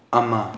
ꯑꯃ